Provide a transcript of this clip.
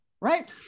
Right